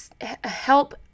help